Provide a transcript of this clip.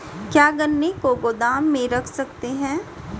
क्या गन्ने को गोदाम में रख सकते हैं?